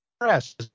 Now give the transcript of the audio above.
press